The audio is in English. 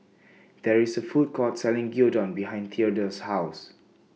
There IS A Food Court Selling Gyudon behind Theadore's House